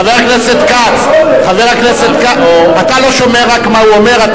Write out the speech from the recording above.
חבר הכנסת כץ, אתה לא שומע מה הוא אומר.